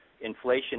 inflation